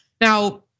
Now